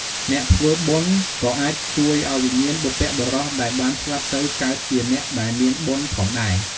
អ្នកធ្វើបុណ្យ ក៏អាចជួយឲ្យវិញ្ញាណបុព្វបុរសដែលបានស្លាប់ទៅកើតជាអ្នកដែលមានបុណ្យផងដែរ។